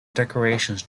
decorations